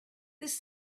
this